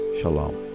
Shalom